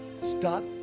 Stop